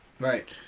Right